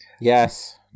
Yes